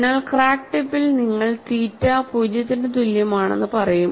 അതിനാൽ ക്രാക്ക് ടിപ്പിൽ നിങ്ങൾ തീറ്റ 0 ന് തുല്യമാണെന്ന് പറയും